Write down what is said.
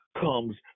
comes